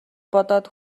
бодоод